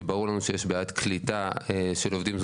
כי ברור לנו שיש בעיית קליטה של עובדים זוטרים,